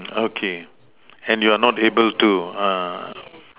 okay and you're not able to uh